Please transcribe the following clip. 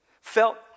felt